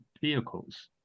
vehicles